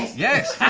yes,